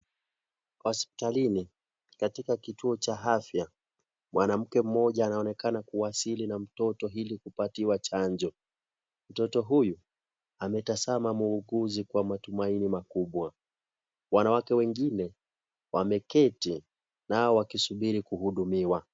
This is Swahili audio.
Hospitalini, katika kituo cha afya, mwanamke mmoja anaonekana kuwasili na mtoto ili kupatiwa chanjo, mtoto huyu ametazama muuguzi kwa matumaini makubwa, wanawake wengine wameketi nao wakisubiri kuhudumiwa.